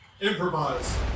Improvise